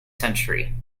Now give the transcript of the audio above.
century